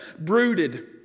brooded